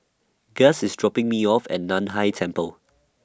Guss IS dropping Me off At NAN Hai Temple